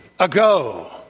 Ago